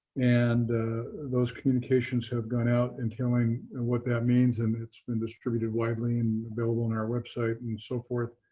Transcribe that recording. and those communications have gone out in telling what that means. and it's been distributed widely and available on our website and so forth.